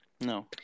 No